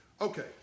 Okay